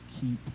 keep